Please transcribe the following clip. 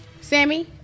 Sammy